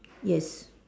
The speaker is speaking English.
yes